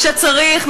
כשצריך,